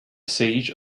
siege